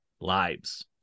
lives